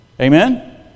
Amen